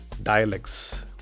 dialects